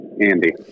Andy